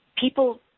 People